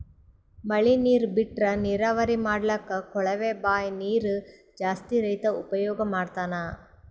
ಮಳಿ ನೀರ್ ಬಿಟ್ರಾ ನೀರಾವರಿ ಮಾಡ್ಲಕ್ಕ್ ಕೊಳವೆ ಬಾಂಯ್ ನೀರ್ ಜಾಸ್ತಿ ರೈತಾ ಉಪಯೋಗ್ ಮಾಡ್ತಾನಾ